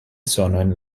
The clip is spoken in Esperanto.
sonojn